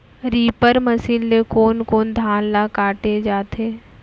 Reaper machine ले कोन कोन धान ल काटे जाथे?